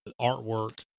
Artwork